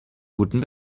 guten